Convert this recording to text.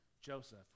Joseph